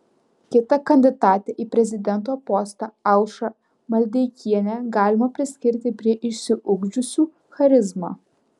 kitą kandidatę į prezidento postą aušrą maldeikienę galima priskirti prie išsiugdžiusių charizmą